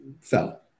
fell